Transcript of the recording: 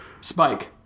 Spike